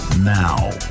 Now